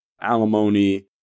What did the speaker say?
alimony